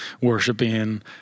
worshiping